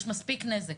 יש מספיק נזק.